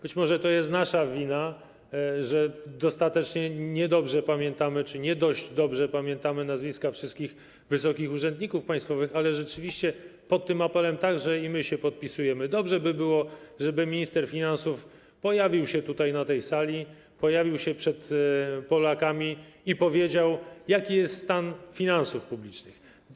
Być może to jest nasza wina, że niedostatecznie dobrze czy nie dość dobrze pamiętamy nazwiska wszystkich wysokich urzędników państwowych, ale rzeczywiście pod tym apelem także i my się podpisujemy: dobrze by było, gdyby minister finansów pojawił się na tej sali, pojawił się przed Polakami, i powiedział, jaki jest stan finansów publicznych.